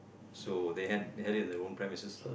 so they had they had it in their own premises